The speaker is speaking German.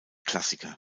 klassiker